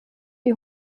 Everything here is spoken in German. wie